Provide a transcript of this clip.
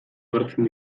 agertzen